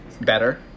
better